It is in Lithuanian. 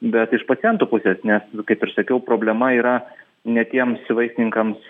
bet iš pacientų pusės nes kaip ir sakiau problema yra ne tiems vaistininkams